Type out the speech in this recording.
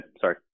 sorry